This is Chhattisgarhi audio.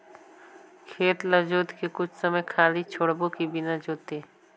खेत ल जोत के कुछ समय खाली छोड़बो कि बिना जोते?